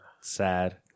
Sad